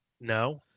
no